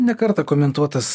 ne kartą komentuotas